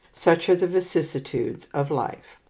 such are the vicissitudes of life.